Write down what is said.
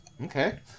Okay